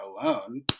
alone